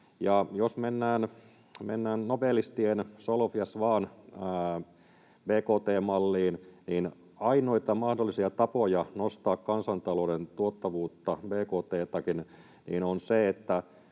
Jos mennään nobelistien Solow ja Swan bkt-malliin, niin ainoita mahdollisia tapoja nostaa kansantalouden tuottavuutta, bkt:täkin, on se,